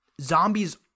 zombies –